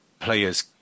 players